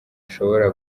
ashobora